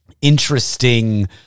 interesting